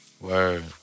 Word